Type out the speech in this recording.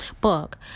book